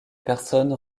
personne